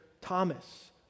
Thomas